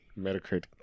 Metacritic